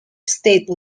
state